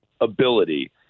ability